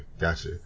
Gotcha